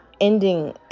ending